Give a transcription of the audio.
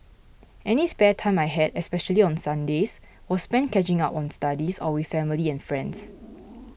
any spare time I had especially on Sundays was spent catching up on studies or with family and friends